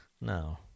No